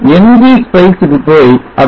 ngspecie க்கு போய் அதன்